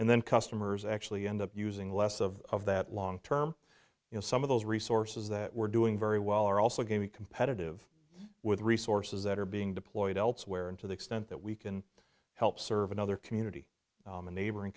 and then customers actually end up using less of that long term you know some of those resources that we're doing very well are also gave you competitive with resources that are being deployed elsewhere and to the extent that we can help serve another community in neighboring